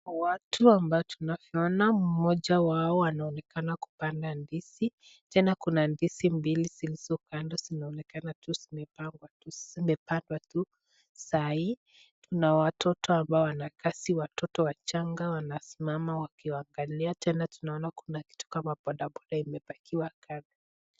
Watu ambao tunavyoona mmoja wao anaonekana kupanda ndizi. Tena kuna ndizi mbili zilizo kando zinaonekana tu zimepandwa tu saa hii kuna watoto ambao wana kazi, watoto wachanga wanasimama wakiwaangalia tena tunaona kuna kitu kama bodaboda imepakiwa kando.